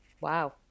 Wow